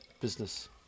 business